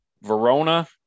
Verona